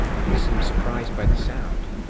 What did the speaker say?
she seemed surprised by the sound.